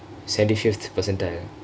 seventy fifth percentile